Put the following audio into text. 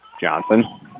Johnson